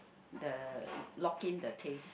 the lock in the taste